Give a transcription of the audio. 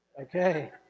Okay